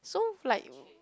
so like